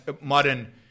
modern